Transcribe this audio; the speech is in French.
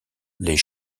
les